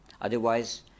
Otherwise